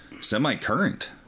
semi-current